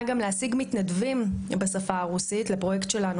להשיג מתנדבים בשפה הרוסית לפרויקט שלנו,